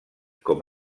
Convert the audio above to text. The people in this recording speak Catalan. com